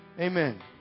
Amen